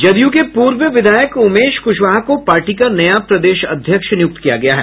जदयू के पूर्व विधायक उमेश कुशवाहा को पार्टी का नया प्रदेश अध्यक्ष नियुक्त किया गया है